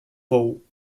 pou